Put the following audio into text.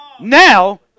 Now